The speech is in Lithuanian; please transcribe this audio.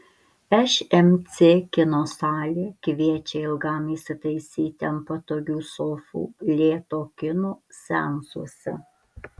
šmc kino salė kviečia ilgam įsitaisyti ant patogių sofų lėto kino seansuose